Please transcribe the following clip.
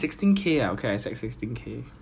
yes COVID COVID 害的